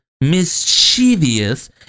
mischievous